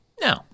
No